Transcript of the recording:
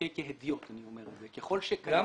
כהדיוט אני אומר את זה, הוא